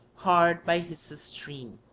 hard by hissus' stream.